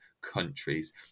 countries